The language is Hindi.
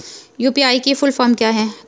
यु.पी.आई की फुल फॉर्म क्या है?